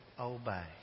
obey